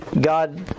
God